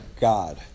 God